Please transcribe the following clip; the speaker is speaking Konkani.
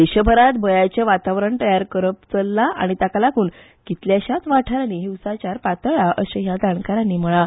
देशभरात भयाचे वातावरण तयार करप चल्ला आनी ताकालागुन कितल्याशाच वाठारानी हिंसाचार पातळ्ळा अशे ह्या जाणकारानी म्हळा